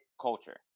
culture